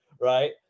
right